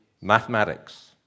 Mathematics